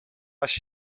als